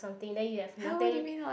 something then you have nothing